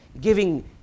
giving